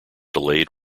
delayed